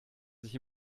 sich